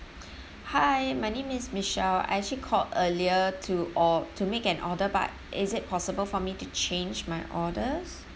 hi my name is michelle I actually called earlier to or~ to make an order but is it possible for me to change my orders